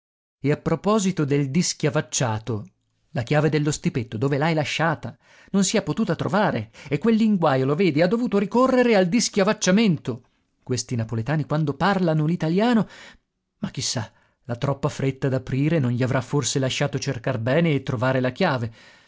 e a proposito del dischiavacciato la chiave dello stipetto dove l'hai lasciata non si è potuta trovare e quel linguajo lo vedi ha dovuto ricorrere al dischiavacciamento questi napoletani quando parlano l'italiano ma chi sa la troppa fretta d'aprire non gli avrà forse lasciato cercar bene e trovare la chiave